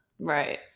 Right